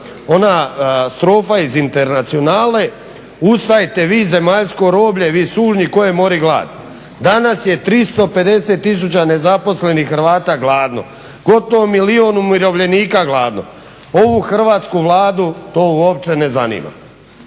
ona strofa iz Internacionale „Ustajte vi zemaljsko roblje, vi sužnji koje mori glad!“ Danas je 350000 nezaposlenih Hrvata gladno, gotovo milijun umirovljenika gladno. Ovu hrvatsku Vladu to uopće ne zanima.